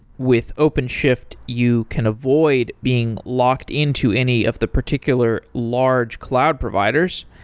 with openshift, you can avoid being locked into any of the particular large cloud providers.